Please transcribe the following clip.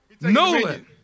Nolan